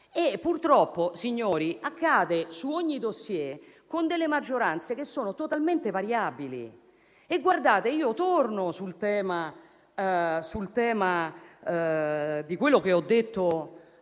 Purtroppo, signori, accade su ogni *dossier*, con delle maggioranze che sono totalmente variabili.